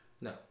No